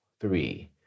three